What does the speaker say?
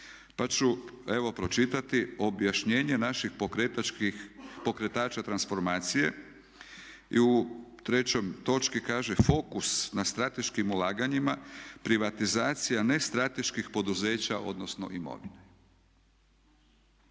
Pa ću evo pročitati objašnjenje naših pokretača transformacije i u trećoj točci kaže fokus na strateškim ulaganjima, privatizacija nestrateških poduzeća odnosno imovine.